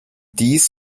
dies